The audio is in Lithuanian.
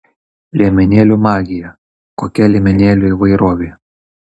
liemenėlių magija kokia liemenėlių įvairovė